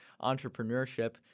entrepreneurship